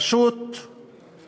זה פשוט מעשה